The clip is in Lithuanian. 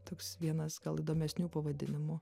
toks vienas gal įdomesnių pavadinimų